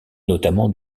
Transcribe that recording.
notamment